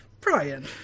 Brian